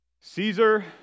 Caesar